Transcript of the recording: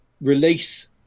release